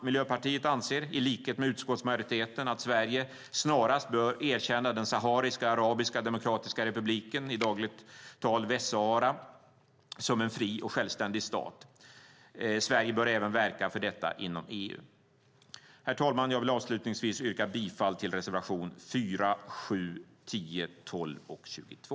Miljöpartiet anser, i likhet med utskottsmajoriteten, att Sverige snarast bör erkänna Sahariska arabiska demokratiska republiken, i dagligt tal Västsahara, som en fri och självständig stat. Sverige bör även verka för detta inom EU. Herr talman! Jag vill avslutningsvis yrka bifall till reservationerna 4, 7, 10, 12 och 22.